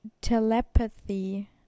telepathy